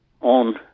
on